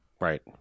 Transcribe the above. Right